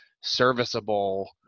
serviceable